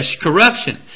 corruption